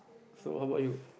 so how bout you